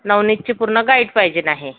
नवनीतची पूर्ण गाईड पाहिजेन आहे